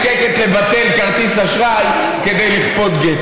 זאת בושה ליהדות שנזקקת לבטל כרטיס אשראי כדי לכפות גט.